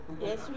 Yes